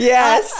Yes